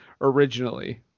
originally